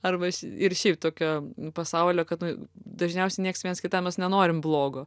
arba ir šiaip tokio nu pasaulio kad nu dažniausiai nieks viens kitam mes nenorim blogo